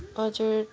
हजुर